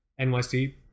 NYC